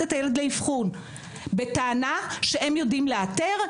את הילד לאבחון בטענה שהם יודעים לאתר,